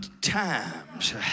times